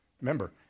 Remember